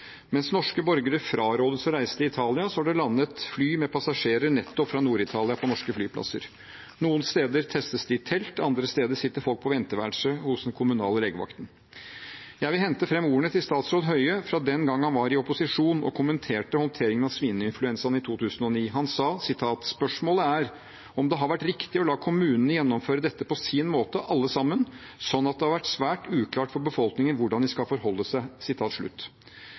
Mens norske borgere frarådes å reise til Italia, har det landet fly med passasjerer fra nettopp Nord-Italia på norske flyplasser. Noen steder testes de i telt, andre steder sitter folk på venteværelset på den kommunale legevakten. Jeg vil hente fram ordene til statsråd Høie fra den gang han var i opposisjon og kommenterte håndteringen av svineinfluensaen i 2009. Han sa: «Spørsmålet er om det har vært riktig å la kommunene gjennomføre dette på sin måte alle sammen, sånn at det nå er svært uklart for befolkningen hvordan de skal forholde seg